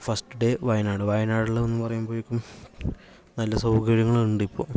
first day Wayanad വയനാടില് എന്ന് പറയുമ്പോയേക്കും നല്ല സൗകര്യങ്ങള് ഉണ്ട് ഇപ്പോൾ